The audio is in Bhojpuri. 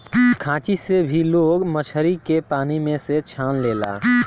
खांची से भी लोग मछरी के पानी में से छान लेला